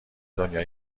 دنیا